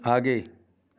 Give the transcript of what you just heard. आगे